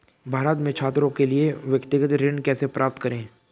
भारत में छात्रों के लिए व्यक्तिगत ऋण कैसे प्राप्त करें?